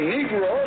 Negro